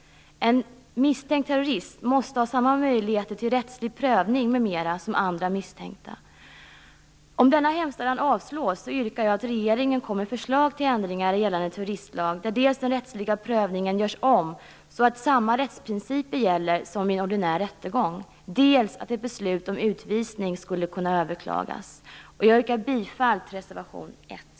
En misstänkt terrorist måste ha samma möjligheter till rättslig prövning m.m. som andra misstänkta. Om denna hemställan avslås yrkar jag att regeringen kommer med förslag till ändring i gällande terroristlag där dels den rättsliga prövningen görs om så att samma rättsprinciper gäller som i en ordinär rättegång, dels att ett beslut om utvisning skall kunna överklagas. Jag yrkar bifall till reservation 1.